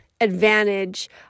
advantage